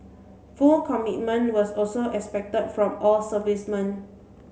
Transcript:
full commitment was also expect from all servicemen